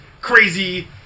crazy